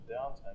downtime